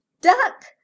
duck